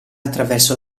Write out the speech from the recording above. attraverso